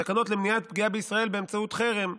תקנות למניעת פגיעה בישראל באמצעות חרם,